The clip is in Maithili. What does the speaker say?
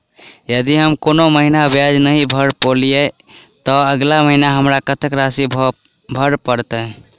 यदि हम कोनो महीना ब्याज नहि भर पेलीअइ, तऽ अगिला महीना हमरा कत्तेक राशि भर पड़तय?